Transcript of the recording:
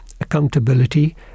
accountability